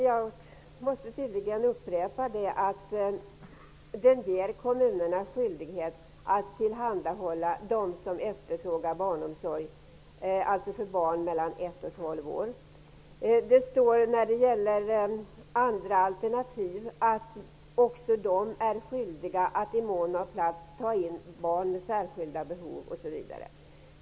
Jag måste tydligen upprepa att kommunerna här ges skyldighet att tillhandahålla dem som efterfrågar det barnomsorg för barn mellan ett och tolv år. När det gäller andra alternativ står det att man i mån av plats är skyldig att ta in barn med särskilda behov osv.